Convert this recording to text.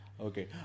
Okay